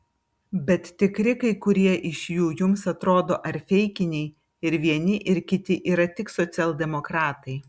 bet tikri kai kurie iš jų jums atrodo ar feikiniai ir vieni ir kiti yra tik socialdemokratai